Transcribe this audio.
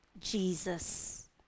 Jesus